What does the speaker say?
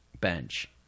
bench